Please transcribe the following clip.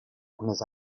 unes